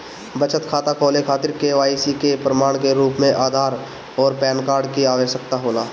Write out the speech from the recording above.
बचत खाता खोले खातिर के.वाइ.सी के प्रमाण के रूप में आधार आउर पैन कार्ड की आवश्यकता होला